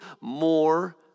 more